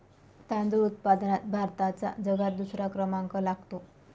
तांदूळ उत्पादनात भारताचा जगात दुसरा क्रमांक लागतो